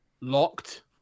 locked